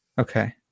Okay